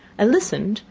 i listened,